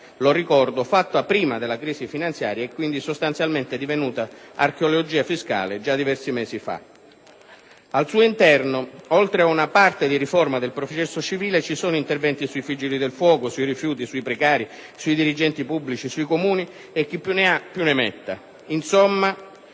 lo ricordo - è stata varata prima della crisi finanziaria e quindi, sostanzialmente, è divenuta archeologia fiscale già diversi mesi fa. Al suo interno, oltre ad una parte di riforma del processo civile, sono contenuti interventi sui Vigili fuoco, sui rifiuti, sui precari, sui dirigenti pubblici, sui Comuni e su tanto altro ancora.